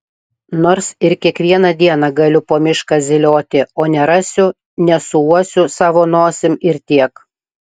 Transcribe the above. nors ir kiekvieną dieną galiu po mišką zylioti o nerasiu nesuuosiu savo nosim ir tiek